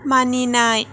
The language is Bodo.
मानिनाय